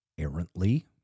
errantly